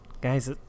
Guys